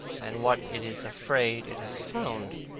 and what it is afraid it has found.